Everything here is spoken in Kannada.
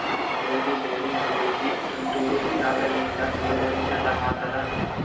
ಗೋಧಿ ಬೆಳಿಗೋಳಿಗಿ ತುಂತೂರು ನಿರಾವರಿಯಿಂದ ಇಳುವರಿ ಚಂದ ಆತ್ತಾದ?